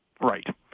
Right